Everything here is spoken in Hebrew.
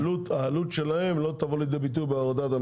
העלות שלהם לא תבוא לידי ביטוי בעבודה,